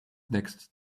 next